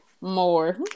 more